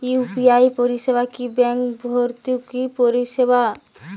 UPI পরিসেবা কি bank বর্হিভুত পরিসেবা?